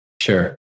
Sure